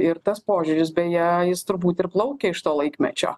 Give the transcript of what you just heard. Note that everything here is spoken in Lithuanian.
ir tas požiūris beje jis turbūt ir plaukia iš to laikmečio